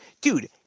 Dude